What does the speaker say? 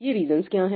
ये रिजंस क्या है